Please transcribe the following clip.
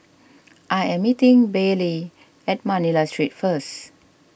I am meeting Baylee at Manila Street first